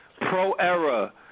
Pro-era